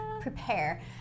Prepare